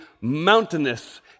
mountainous